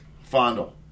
fondle